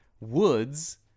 Woods